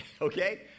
okay